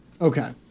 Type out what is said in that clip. Okay